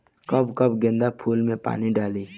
कब कब गेंदा फुल में पानी डाली?